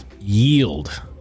yield